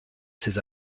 ces